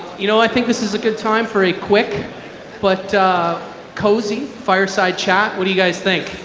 you know, i think this is a good time for a quick but cozy fireside chat. what do you guys think?